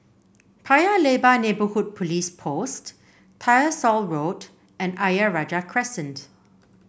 Paya Lebar Neighbourhood Police Post Tyersall Road and Ayer Rajah Crescent